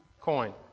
coin